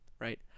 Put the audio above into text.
right